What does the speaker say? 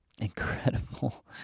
incredible